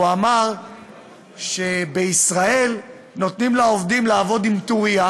הוא אמר שבישראל נותנים לעובדים לעבוד עם טורייה